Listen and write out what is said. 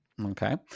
Okay